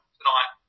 tonight